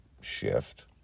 shift